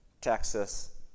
Texas